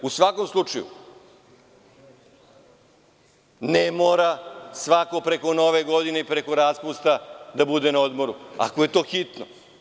U svakom slučaju, ne mora svako preko Nove godine, preko raspusta da bude na odmoru, ako je to hitno.